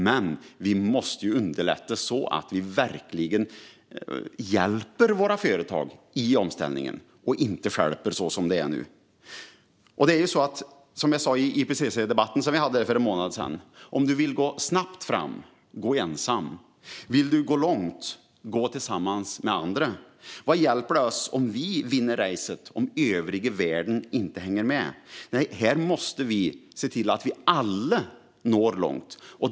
Men vi måste underlätta så att vi verkligen hjälper våra företag i omställningen och inte stjälper dem, som det är nu. Som jag sa i IPCC-debatten vi hade för en månad sedan: "Vill du gå snabbt fram, gå ensam! Vill du gå långt, gå tillsammans med andra! Vad hjälper det oss att vi vinner racet om övriga världen inte hänger med?" Här måste vi se till att vi alla når långt.